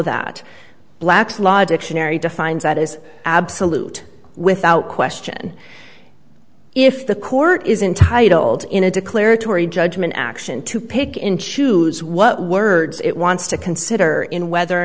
that black's law dictionary defines that is absolute without question if the court is entitled in a declaratory judgment action to pick and choose what words it wants to consider in whether or